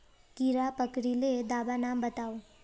कीड़ा पकरिले दाबा नाम बाताउ?